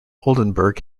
oldenburg